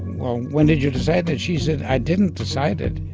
well, when did you decide that? she said, i didn't decide it.